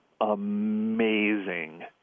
amazing